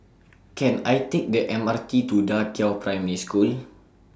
Can I Take The M R T to DA Qiao Primary School